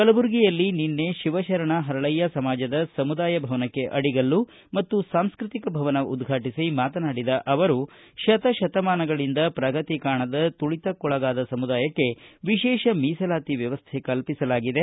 ಕಲಬುರಗಿಯಲ್ಲಿ ನಿನ್ನೆ ಶಿವರಶರಣ ಪರಳ್ಳಯ ಸಮಾಜದ ಸಮುದಾಯ ಭವನಕ್ಕೆ ಅಡಿಗಲ್ಲು ಮತ್ತು ಸಾಂಸ್ಕೃತಿಕ ಭವನ ಉದ್ಘಾಟಿಸಿ ಮಾತನಾಡಿದ ಅವರು ಶತ ಶತಮಾನಗಳಿಂದ ಪ್ರಗತಿ ಕಾಣದ ತುಳತಕ್ಕೊಳಗಾದ ಸಮುದಾಯಕ್ಕೆ ವಿಶೇಷ ಮೀಸಲಾತಿ ವ್ಲವಸ್ಟೆ ಕಲ್ಪಿಸಲಾಗಿದೆ